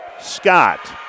Scott